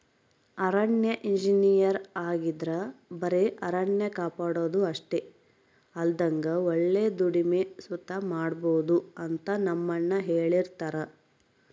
ಅರಣ್ಯ ಇಂಜಿನಯರ್ ಆಗಿದ್ರ ಬರೆ ಅರಣ್ಯ ಕಾಪಾಡೋದು ಅಷ್ಟೆ ಅಲ್ದಂಗ ಒಳ್ಳೆ ದುಡಿಮೆ ಸುತ ಮಾಡ್ಬೋದು ಅಂತ ನಮ್ಮಣ್ಣ ಹೆಳ್ತಿರ್ತರ